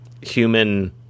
human